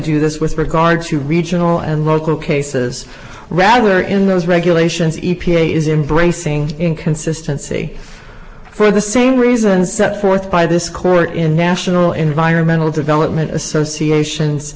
do this with regard to regional and local cases rather in those regulations e t a is embracing inconsistency for the same reasons set forth by this court in national environmental development associations